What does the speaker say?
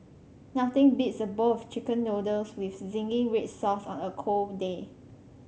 nothing beats a bowl of chicken noodles with zingy red sauce on a cold day